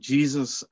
Jesus